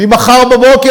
ממחר בבוקר,